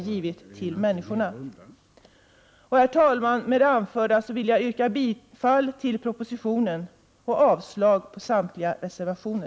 Herr talman! Med det anförda vill jag yrka bifall till propositionen och avslag på samtliga reservationer.